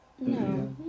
No